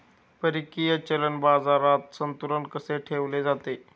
परकीय चलन बाजारात संतुलन कसे ठेवले जाते?